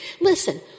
Listen